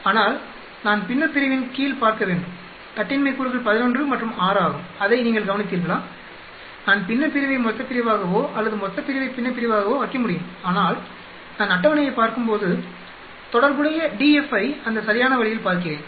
ஆனால் நான் பின்னப்பிரிவின் கீழ் பார்க்க வேண்டும் கட்டின்மை கூறுகள் 11 மற்றும் 6 ஆகும் அதை நீங்கள் கவனித்தீர்களா நான் பின்னப்பிரிவை மொத்தப்பிரிவாகவோ அல்லது மொத்தப்பிரிவை பின்னப்பிரிவாகவோ வைக்க முடியும் ஆனால் நான் அட்டவணையைப் பார்க்கும்போது தொடர்புடைய df ஐ அந்த சரியான வழியில் பார்க்கிறேன்